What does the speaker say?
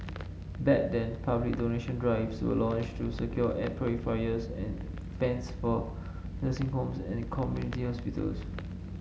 back then public donation drives were launched to secure air purifiers and fans for nursing homes and community hospitals